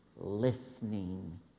listening